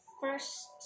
first